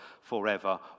forever